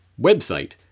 website